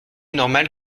normal